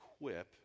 equip